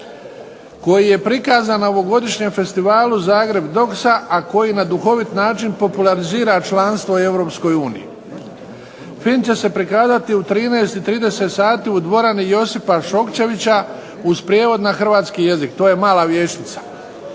koji je prikazan na ovogodišnjem festivalu Zagreb dox a koji na duhovit način popularizira članstvo u Europskoj uniji. Film će se prikazati u 13 i 30 sati u dvorani "Josipa Šokčevića" uz prijevod na Hrvatski jezik, to je Mala vijećnica.